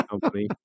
Company